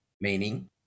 meaning